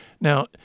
Now